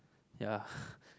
ya